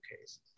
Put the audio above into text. case